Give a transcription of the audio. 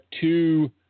two –